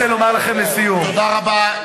אני רוצה לומר לכם לסיום, תודה רבה.